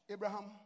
Abraham